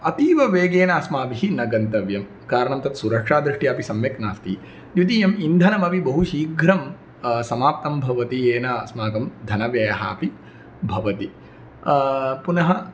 अतीव वेगेन अस्माभिः न गन्तव्यं कारणं तत् सुरक्षादृष्ट्या अपि सम्यक् नास्ति द्वितीयम् इन्धनमपि बहु शीघ्रं समाप्तं भवति येन अस्माकं धनव्ययः अपि भवति पुनः